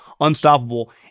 unstoppable